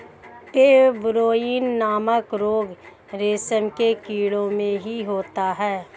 pebrine नामक रोग रेशम के कीड़ों में हो जाता है